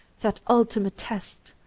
that ultimate, test.